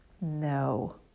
No